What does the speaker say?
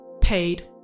paid